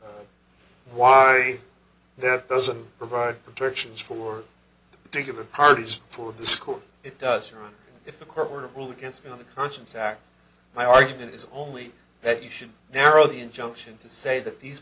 him why then doesn't provide protections for the particular parties for the school it does if the court ruled against me on the conscience act my argument is only that you should narrow the injunction to say that these